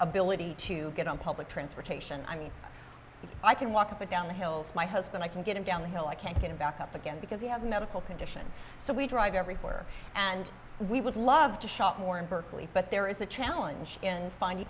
ability to get on public transportation i mean i can walk up and down the hills my husband i can get it down the hill i can't get it back up again because you have medical condition so we drive everywhere and we would love to shop more in berkeley but there is a challenge and find